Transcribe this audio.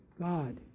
God